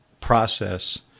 process